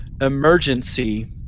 emergency